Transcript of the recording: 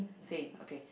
same okay